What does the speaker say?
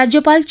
राज्यपाल चे